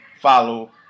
follow